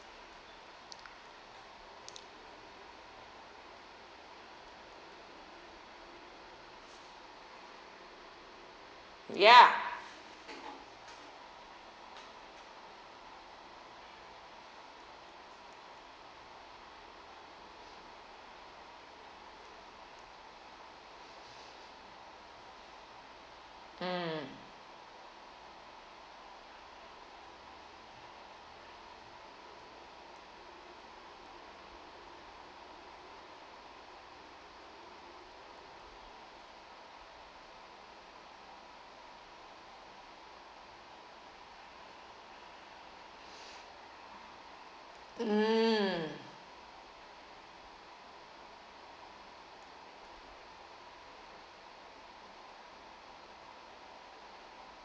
ya mm mm